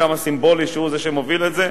כמה סימבולי שהוא זה שמוביל את זה,